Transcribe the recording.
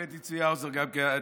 צבי האוזר גם כן.